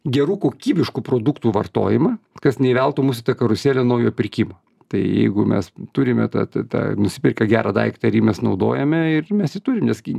gerų kokybiškų produktų vartojimą kas neįveltų mus į tą karuselę naujo pirkimo tai jeigu mes turime ta ta tą nusipirkę gerą daiktą ir jį mes naudojame ir mes ji turim nes gi